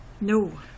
No